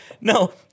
No